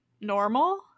normal